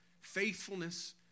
Faithfulness